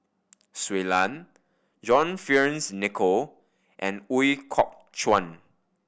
Shui Lan John Fearns Nicoll and Ooi Kok Chuen